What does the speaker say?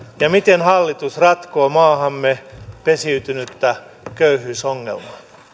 ja miten hallitus ratkoo maahamme pesiytynyttä köyhyysongelmaa